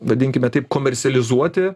vadinkime taip komercializuoti